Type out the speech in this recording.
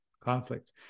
conflict